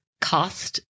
cost